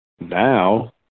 Now